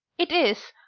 it is,